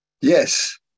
Yes